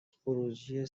خروجی